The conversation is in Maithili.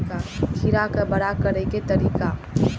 खीरा के बड़ा करे के तरीका?